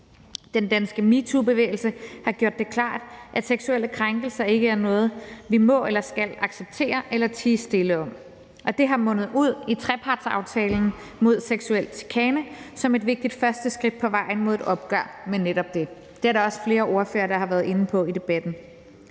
Den danske metoobevægelse har gjort det klart, at seksuelle krænkelser ikke er noget, vi må eller skal acceptere eller tie stille om, og det er mundet ud i trepartsaftalen mod seksuel chikane som et vigtigt første skridt på vejen mod et opgør med netop det. Det er der også flere ordførere, der har været inde på i debatten.